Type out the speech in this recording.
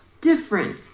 different